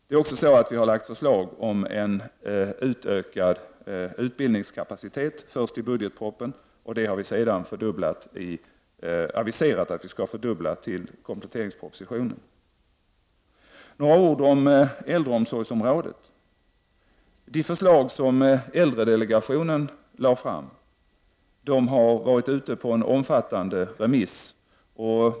Vi har också i budgetpropositionen framlagt förslag om utökad utbildningskapacitet, och vi har också aviserat att vi i kompletteringspropositionen skall fördubbla denna kapacitet. Några ord om äldreomsorgen. De förslag som äldredelegationen lade fram har varit ute på en omfattande remiss.